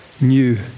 new